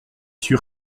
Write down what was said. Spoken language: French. sûr